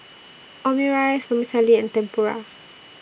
Omurice Vermicelli and Tempura